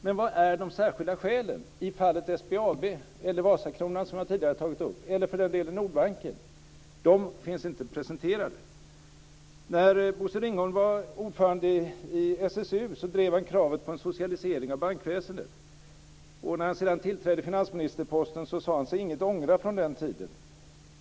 Men vilka är de särskilda skälen i fallet SBAB eller, som jag tidigare tagit upp, när det gäller Vasakronan och för den delen också Nordbanken? De finns inte presenterade. När Bosse Ringholm var ordförande i SSU drev han kravet på en socialisering av bankväsendet. Men då han tillträdde finansministerposten sade han sig inte ångra något från tiden.